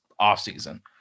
offseason